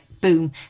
boom